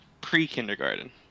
Pre-kindergarten